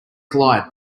collide